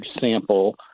sample